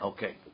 Okay